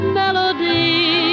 melody